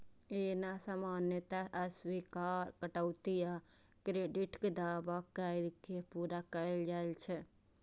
एना सामान्यतः स्वीकार्य कटौती आ क्रेडिटक दावा कैर के पूरा कैल जाइ छै